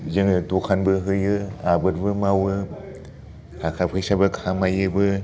जोङो दखानबो होयो आबादबो मावो थाखा फैसाबो खामायोबो